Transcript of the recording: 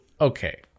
okay